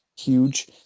Huge